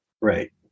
Right